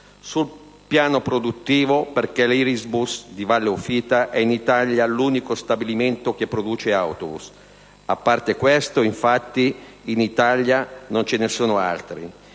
Sul piano produttivo, perché l'Irisbus di Valle Ufita è in Italia l'unico stabilimento che produce autobus. A parte questo, infatti, in Italia non ce ne sono altri,